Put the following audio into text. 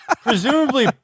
presumably